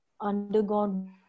undergone